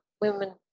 women